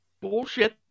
bullshit